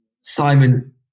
Simon